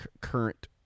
current